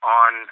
on